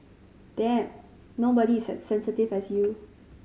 Damn nobody is as sensitive as you